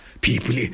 People